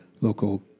local